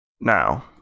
Now